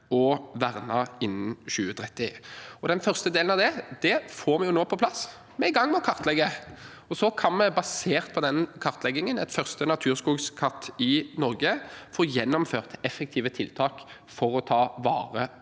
og vernet innen 2030. Den første delen av det får vi nå på plass. Vi er i gang med å kartlegge, og så kan vi basert på den kartleggingen – et første naturskogskart i Norge – få gjennomført effektive tiltak for å ta vare